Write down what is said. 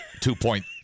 two-point